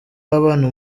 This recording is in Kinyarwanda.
w’abana